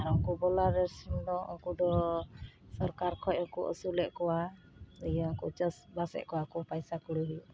ᱟᱨ ᱩᱝᱠᱚ ᱵᱚᱞᱟᱨ ᱥᱤᱢᱫᱚ ᱩᱝᱠᱚᱫᱚ ᱥᱚᱨᱠᱟᱨ ᱠᱷᱚᱡᱦᱚᱸ ᱠᱚ ᱟᱹᱥᱩᱞᱮᱫ ᱠᱚᱣᱟ ᱤᱭᱟᱹᱠᱚ ᱪᱟᱥ ᱵᱟᱥᱮᱫ ᱠᱚᱣᱟᱠᱚ ᱯᱟᱭᱥᱟ ᱠᱚᱲᱤ ᱦᱩᱭᱩᱜ